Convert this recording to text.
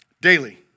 daily